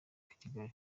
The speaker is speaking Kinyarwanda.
kigali